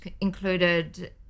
included